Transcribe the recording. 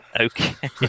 Okay